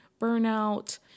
burnout